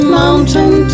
mountain